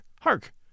hark